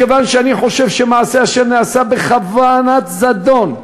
מכיוון שאני חושב שמעשה אשר נעשה בכוונת זדון,